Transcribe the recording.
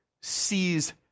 sees